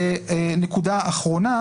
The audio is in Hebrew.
בנוסף,